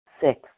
six